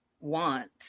want